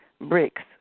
Bricks